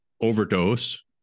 overdose